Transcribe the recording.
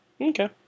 Okay